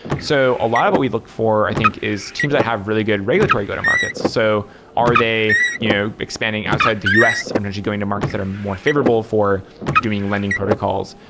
so a lot of what we look for i think is teams that have really good regulatory go-to-markets. so are they you know expanding outside the us and actually going to markets that are more favorable for doing lending protocols?